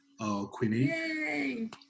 Queenie